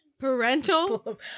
Parental